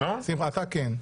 אתה כן.